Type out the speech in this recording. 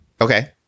Okay